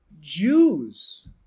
Jews